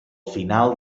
final